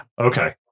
Okay